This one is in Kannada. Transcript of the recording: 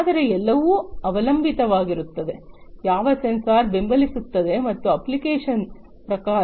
ಆದರೆ ಎಲ್ಲವೂ ಅವಲಂಬಿತವಾಗಿರುತ್ತದೆ ಯಾವ ಸೆನ್ಸಾರ್ ಬೆಂಬಲಿಸುತ್ತದೆ ಮತ್ತು ಅಪ್ಲಿಕೇಶನ್ನ ಪ್ರಕಾರ